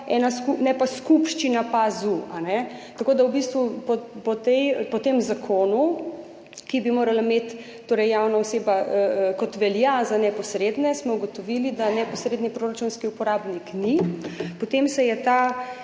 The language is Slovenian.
pa skupščina PAZU. Tako da v bistvu po tem zakonu, po katerem bi morala imeti javna oseba, kot velja za neposredne, smo ugotovili, da neposredni proračunski uporabnik ni. Potem se je